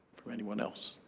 for anyone else?